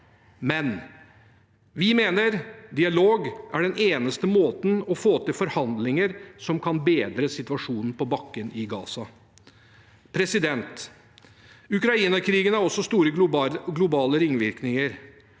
Likevel mener vi dialog er den eneste måten å få til forhandlinger på som kan bedre situasjonen på bakken i Gaza. Ukraina-krigen har også store globale ringvirkninger.